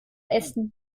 essen